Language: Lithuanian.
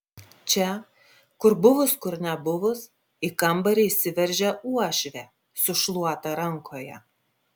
čia kur buvus kur nebuvus į kambarį įsiveržia uošvė su šluota rankoje